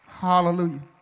Hallelujah